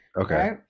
Okay